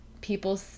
people